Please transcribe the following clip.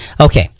Okay